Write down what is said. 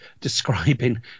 describing